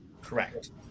Correct